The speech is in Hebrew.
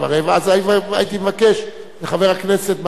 אז הייתי מבקש מחבר הכנסת מג'אדלה,